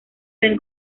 bien